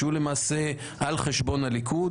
שהוא למעשה על חשבון הליכוד,